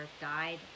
died